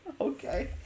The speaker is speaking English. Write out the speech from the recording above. Okay